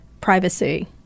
privacy